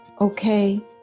okay